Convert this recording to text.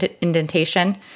indentation